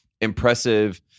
impressive